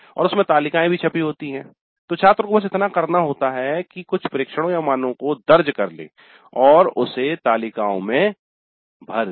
और उसमें तालिकाए भी छपी होती हैं तो छात्र को बस इतना करना होता है कि कुछ प्रेक्षणों मानो को दर्ज कर लें और उसे तालिकाओं में भर दें